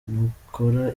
nukora